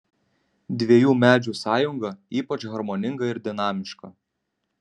dviejų medžių sąjunga ypač harmoninga ir dinamiška